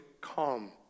calm